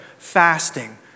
fasting